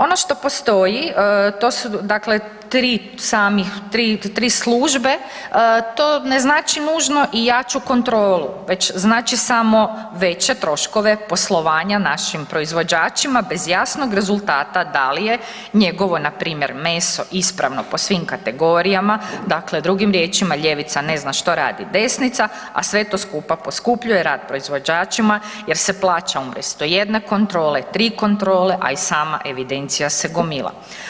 Ono što postoji to su dakle 3 samih, 3 službe, to ne znači nužno i jaču kontrolu već znači samo veće troškove poslovanja našim proizvođačima bez jasnog rezultata da li je njegovo npr. meso ispravno po svim kategorijama, dakle drugim riječima, ljevica ne zna što radi desnica, a sve to skupa poskupljuje rad proizvođačima jer se plaća umjesto jedne kontrole 3 kontrole, a i sama evidencija se gomila.